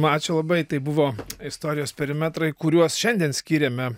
ačiū labai tai buvo istorijos perimetrai kuriuos šiandien skyrėme